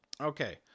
Okay